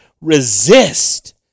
Resist